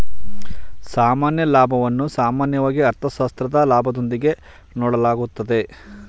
ಸಾಮಾನ್ಯ ಲಾಭವನ್ನು ಸಾಮಾನ್ಯವಾಗಿ ಅರ್ಥಶಾಸ್ತ್ರದ ಲಾಭದೊಂದಿಗೆ ನೋಡಲಾಗುತ್ತದೆ